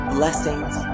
blessings